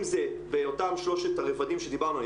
אם זה באותם שלושת הרבדים שדיברנו,